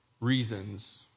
reasons